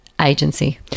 agency